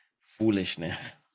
foolishness